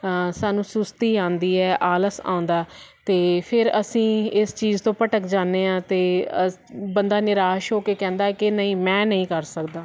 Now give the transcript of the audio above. ਸਾਨੂੰ ਸੁਸਤੀ ਆਉਂਦੀ ਹੈ ਆਲਸ ਆਉਂਦਾ ਅਤੇ ਫਿਰ ਅਸੀਂ ਇਸ ਚੀਜ਼ ਤੋਂ ਭਟਕ ਜਾਂਦੇ ਹਾਂ ਅਤੇ ਬੰਦਾ ਨਿਰਾਸ਼ ਹੋ ਕੇ ਕਹਿੰਦਾ ਕਿ ਨਹੀਂ ਮੈਂ ਨਹੀਂ ਕਰ ਸਕਦਾ